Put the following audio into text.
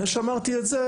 אחרי שאמרתי את זה,